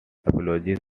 apologies